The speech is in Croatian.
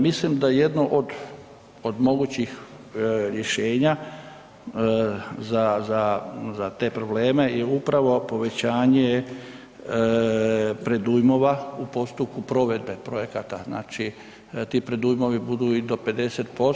Mislim da jedno od, od mogućih rješenja za, za, za te probleme je upravo povećanje predujmova u postupku provedbe projekata, znači ti predujmovi budu i do 50%